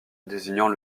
désignant